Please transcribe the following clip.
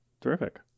Terrific